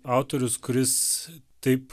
autorius kuris taip